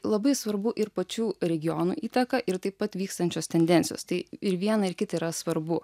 labai svarbu ir pačių regionų įtaka ir taip pat vykstančios tendencijos tai ir viena ir kita yra svarbu